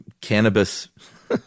cannabis